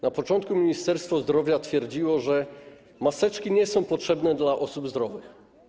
Na początku Ministerstwo Zdrowia twierdziło, że maseczki nie są potrzebne dla osób zdrowych.